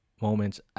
moments